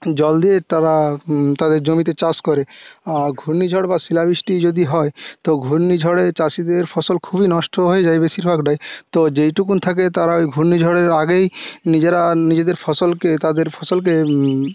জল দিয়ে তারা তাদের জমিতে চাষ করে আর ঘূর্ণিঝড় বা শিলাবৃষ্টি যদি হয় তো ঘূর্ণিঝড়ে চাষিদের ফসল খুবই নষ্ট হয়ে যায় বেশিরভাগটাই তো যেইটুকুন থাকে তারা ওই ঘূর্ণিঝড়ের আগেই নিজেরা নিজেদের ফসলকে তাদের ফসলকে